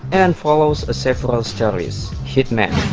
and follows a several stories. hit men.